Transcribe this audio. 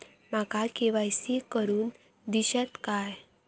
माका के.वाय.सी करून दिश्यात काय?